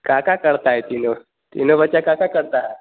का का करता है तीनों तीनों बच्चा का का करता है